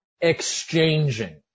exchanging